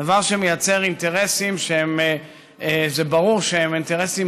דבר שמייצר אינטרסים שברור שהם אינטרסים